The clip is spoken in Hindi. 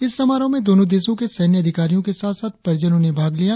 इस समारोह में दोनों देशों के सैन्य अधिकारियों के साथ साथ परिजनों ने भाग लिया